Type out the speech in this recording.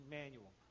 manual